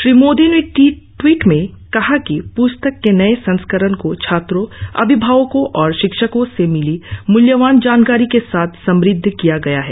श्री मोदी ने ट्वीट में कहा कि प्स्तक के नए संस्करण को छात्रों अभिभावकों और शिक्षकों से मिली मूल्यवान जानकारी के साथ समृद्ध किया गया है